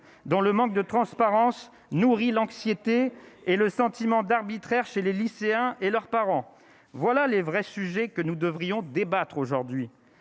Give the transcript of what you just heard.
dans le manque de transparence nourrit l'anxiété et le sentiment d'arbitraire chez les lycéens et leurs parents, voilà les vrais sujets que nous devrions débattre aujourd'hui